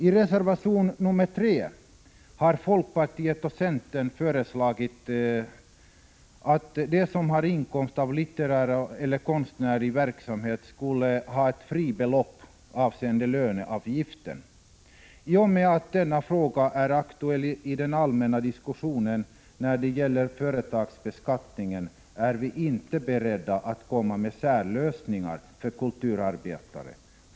I reservation nr 3 har folkpartiet och centern föreslagit att de som har inkomst av litterär eller konstnärlig verksamhet skulle få ett fribelopp avseende löneavgiften. I och med att denna fråga är aktuell i den allmänna diskussionen om företagsbeskattningen är vi inte beredda att komma med särlösningar för kulturarbetare.